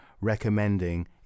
recommending